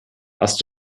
hast